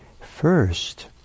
first